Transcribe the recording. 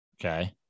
Okay